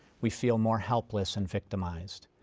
we feel more helpless and victimized.